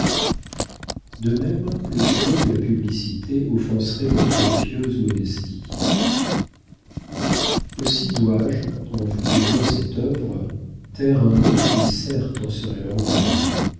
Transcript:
de même le soleil de la publicité offenserait votre pieuse modestie aussi dois-je en vous dédiant cette œuvre taire un nom qui certes en serait l'orgueil